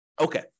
Okay